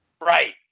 Right